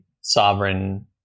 sovereign